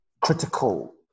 critical